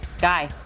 Guy